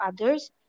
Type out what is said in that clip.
others